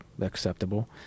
acceptable